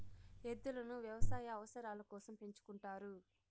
ఎద్దులను వ్యవసాయ అవసరాల కోసం పెంచుకుంటారు